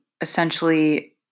essentially